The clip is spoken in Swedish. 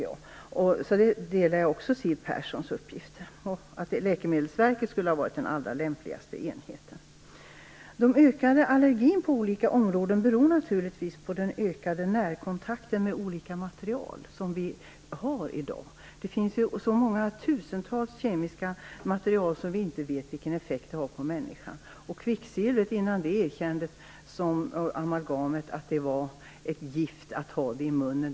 Jag delar också Siw Perssons uppfattning att Läkemedelsverket skulle ha varit den allra lämpligaste enheten. De ökade allergierna på olika områden beror naturligtvis på den ökade närkontakten med de olika material vi har i dag. Det finns ju så många tusentals kemiska material, och vi vet inte vilken effekt de har på människan. Det dröjde ju väldigt länge innan det erkändes att kvicksilvret i amalgamet var ett gift som man hade i munnen.